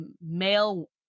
male